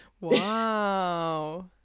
Wow